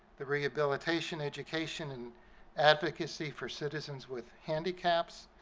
the rehabilitation, education, and advocacy for citizens with handicaps,